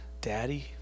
Daddy